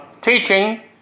teaching